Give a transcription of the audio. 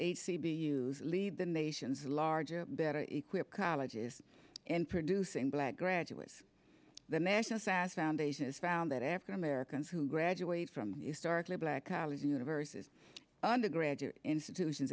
b use lead the nation's larger better equipped colleges and producing black graduates the national science foundation found that african americans who graduate from the starkly black college university undergraduate institutions